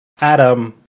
Adam